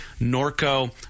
Norco